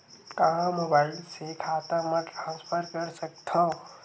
का मोबाइल से खाता म ट्रान्सफर कर सकथव?